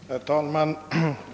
Herr talman!